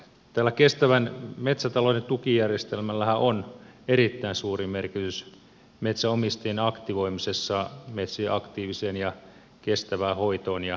tällä kestävän metsätalouden tukijärjestelmällähän on erittäin suuri merkitys metsänomistajien aktivoimisessa metsien aktiiviseen ja kestävään hoitoon ja käyttöön